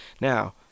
Now